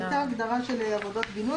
הייתה הגדרה של עבודות בינוי,